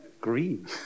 Green